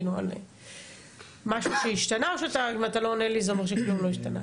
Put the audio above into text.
כאילו על משהו שהשתנה או שאם אתה לא עונה לי זה אומר שכלום לא השתנה?